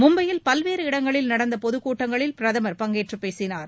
மும்பையில் பல்வேறு இடங்களில் நடந்த பொதுக்கூட்டங்களில் பிரதமர் பங்கேற்றுப் பேசினார்